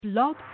Blog